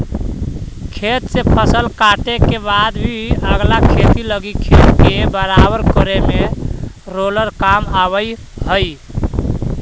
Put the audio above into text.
खेत से फसल काटे के बाद भी अगला खेती लगी खेत के बराबर करे में रोलर काम आवऽ हई